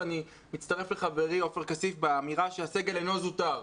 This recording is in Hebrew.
אני מצטרף לחברי עופר כסיף באמירה שהסגל אינו זוטר.